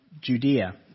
Judea